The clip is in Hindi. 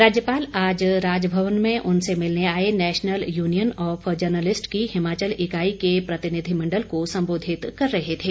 राज्यपाल आज राजभवन में उनसे मिलने आए नैशनल यूनियन ऑफ जर्नलिस्ट की हिमाचल इकाई के प्रतिनिधिमंडल को संबोधित कर रहे थे